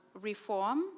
reform